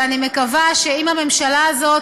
ואני מקווה שאם הממשלה הזאת